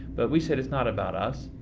but we said, it's not about us.